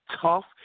tough